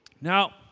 Now